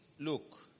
look